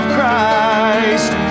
Christ